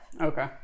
Okay